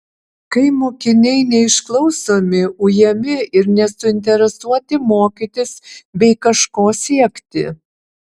kai mokiniai neišklausomi ujami ir nesuinteresuoti mokytis bei kažko siekti